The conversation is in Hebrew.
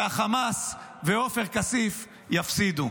והחמאס ועופר כסיף יפסידו.